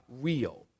real